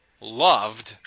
loved